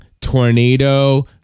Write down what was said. Tornado